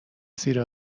زیر